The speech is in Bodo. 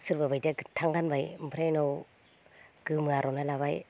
सोरबा बायदिया गोथां गानबाय ओमफ्राय उनाव गोमो आर'नाय लाबाय